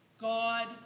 God